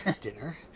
dinner